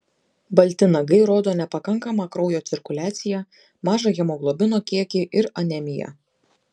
balti nagai rodo nepakankamą kraujo cirkuliaciją mažą hemoglobino kiekį ir anemiją